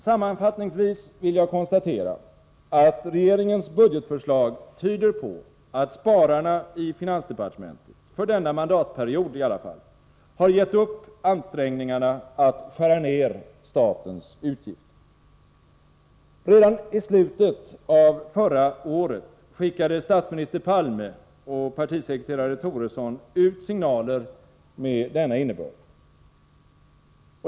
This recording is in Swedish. Sammanfattningsvis vill jag konstatera att regeringens budgetförslag tyder på att spararna i finansdepartementet, för denna mandatperiod i alla fall, har gett upp ansträngningarna att skära ner statens utgifter. Redan i slutet av förra året skickade statsminister Palme och partisekreterare Toresson ut signaler med denna innebörd.